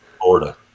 Florida